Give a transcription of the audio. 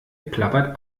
plappert